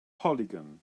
polygon